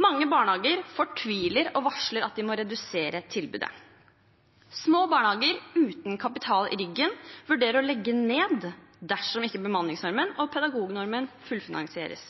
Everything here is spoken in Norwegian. Mange barnehager fortviler og varsler at de må redusere tilbudet. Små barnehager uten kapital i ryggen vurderer å legge ned dersom ikke bemanningsnormen og pedagognormen fullfinansieres.